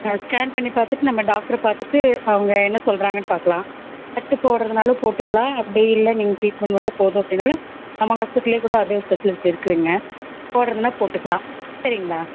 ஆ scan பண்ணி பார்த்துட்டு நம்ம டாக்ட்ரு பார்த்துட்டு அவங்க என்ன சொல்லுல்றாங்கன் பார்க்கலாம் கட்டு போடுறதுனாலும் போட்டுக்கலாம் அப்படி இல்லை நீங்க ட்ரீட்மெண்ட் மட்டும் போதும் அப்படினாலும் நம்ம ஹாஸ்ப்பிட்டல்ல கூட அதர் ஸ்பெஷலிஸ்ட் இருக்கு இங்கே போடுறதுன்னா போட்டுக்கலாம் சரிங்களா